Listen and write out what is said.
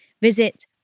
Visit